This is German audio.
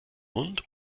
hund